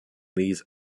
these